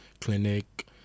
clinic